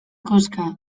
koxka